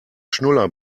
schnuller